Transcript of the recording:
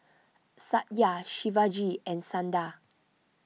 Satya Shivaji and Sundar